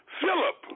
Philip